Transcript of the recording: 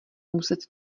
muset